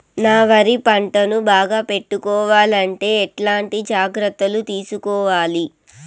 నా వరి పంటను బాగా పెట్టుకోవాలంటే ఎట్లాంటి జాగ్రత్త లు తీసుకోవాలి?